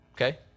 okay